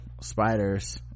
spiders